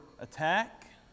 attack